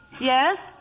Yes